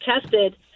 tested